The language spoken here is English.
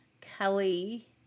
Kelly